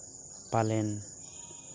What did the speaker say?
ᱯᱟᱞᱮᱱ